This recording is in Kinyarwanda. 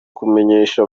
kumenyesha